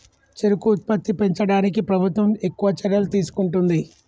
చెరుకు ఉత్పత్తి పెంచడానికి ప్రభుత్వం ఎక్కువ చర్యలు తీసుకుంటుంది